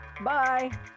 Bye